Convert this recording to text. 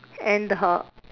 and her